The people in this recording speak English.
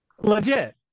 Legit